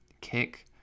kick